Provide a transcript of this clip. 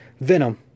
Venom